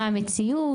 מה המציאות,